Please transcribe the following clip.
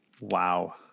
Wow